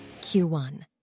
Q1